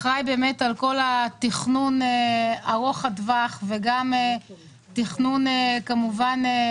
אחראי על כל התכנון ארוך הטווח ועל התכנון העירוני.